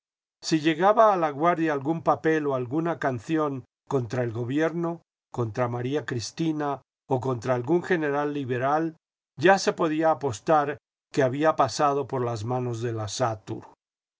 si llegaba a laguardia algún papel o alguna canción contra el gobierno contra maría cristina o contra algún general liberal ya se podía apostar que había pasado por las manos de la